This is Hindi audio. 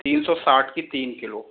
तीन सौ साठ की तीन किलो